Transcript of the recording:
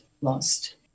lost